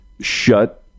Shut